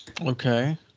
okay